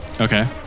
Okay